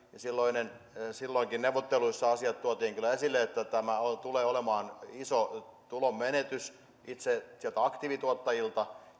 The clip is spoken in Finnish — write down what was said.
silloinkin neuvotteluissa ne asiat tuotiin kyllä esille että tämä tulee olemaan iso tulonmenetys itse niille aktiivituottajille